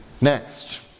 Next